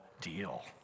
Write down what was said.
deal